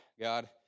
God